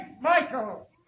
Michael